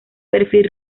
perfil